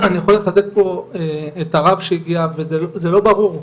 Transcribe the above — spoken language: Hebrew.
אני יכול לחזק פה את הרב שהגיע וזה לא ברור,